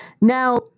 Now